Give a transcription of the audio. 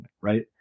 Right